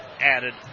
added